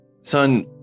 Son